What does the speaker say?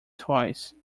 twice